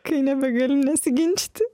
kai nebegali nesiginčyti